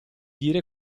dire